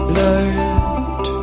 light